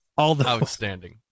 Outstanding